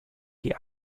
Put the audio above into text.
die